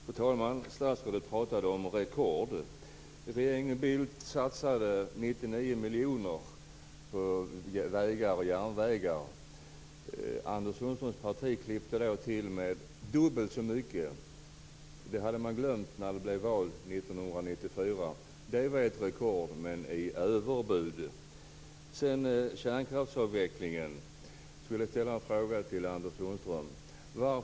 Fru talman! Statsrådet pratade om rekord. Regeringen Bildt satsade 99 miljoner på vägar och järnvägar. Anders Sundströms parti klippte då till med dubbelt så mycket. Det hade man glömt när det blev val 1994. Det var ett rekord, men i överbud. Jag vill också ställa en fråga till Anders Sundström om kärnkraftsavvecklingen.